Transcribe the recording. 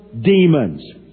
demons